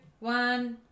One